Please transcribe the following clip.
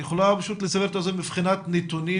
את יכולה לסבר את האוזן מבחינת נתונים,